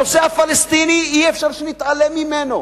הנושא הפלסטיני, אי-אפשר שנתעלם ממנו.